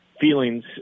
feelings